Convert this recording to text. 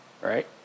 right